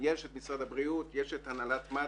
יש את משרד הבריאות, יש את הנהלת מד"א.